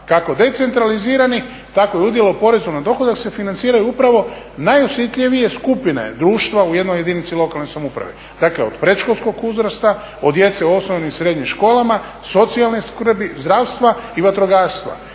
kako decentraliziranih tako i udjela u porezu na dohodak se financiraju upravo najosjetljivije skupine društva u jednoj jedinici lokalne samouprave. Dakle, od predškolskog uzrasta, od djece u osnovnim i srednjim školama, socijalne skrbi, zdravstva i vatrogastva.